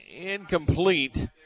incomplete